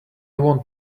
want